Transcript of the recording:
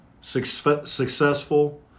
successful